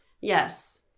Yes